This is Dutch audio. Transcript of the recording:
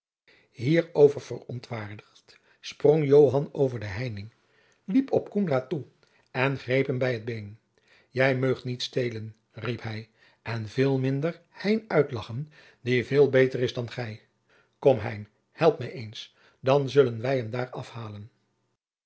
hierover verontwaardigd sprong joan over de heining liep op koenraad af en greep hem bij het been je meugt niet steelen riep hij en veel minder hein uitlagchen die veel beter is dan gij kom hein help mij eens dan zullen wij hem daar af